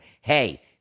hey